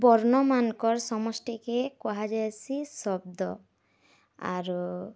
ବର୍ଣ୍ଣମାନଙ୍କର୍ ସମଷ୍ଟିକେ କୁହାଯାଏସି ଶବ୍ଦ ଆରୁ